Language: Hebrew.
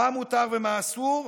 מה מותר ומה אסור,